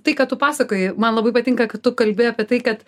tai ką tu pasakoji man labai patinka kad tu kalbi apie tai kad